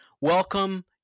welcome